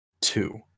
Two